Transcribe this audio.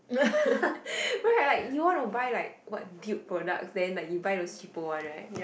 right like you want to buy like what dupe products then like you buy those cheapo one right